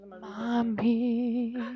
Mommy